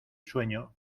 sueño